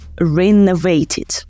renovated